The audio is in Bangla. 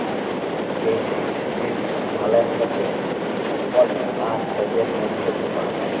বেসিস রিস্ক মালে হছে ইস্প্ট আর হেজের মইধ্যে তফাৎ